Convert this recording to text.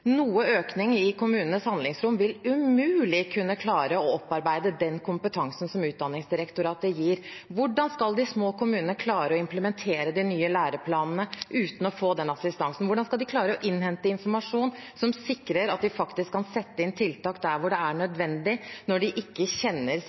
noe økning i kommunenes handlingsrom vil man umulig kunne klare å opparbeide den kompetansen som Utdanningsdirektoratet gir. Hvordan skal de små kommunene klare å implementere de nye læreplanene uten å få den assistansen? Hvordan skal de klare å innhente informasjon som sikrer at de faktisk kan sette inn tiltak der det er